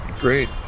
Great